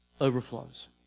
overflows